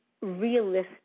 realistic